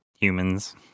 Humans